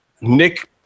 Nick